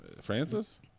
francis